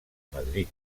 madrid